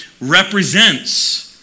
represents